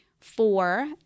Four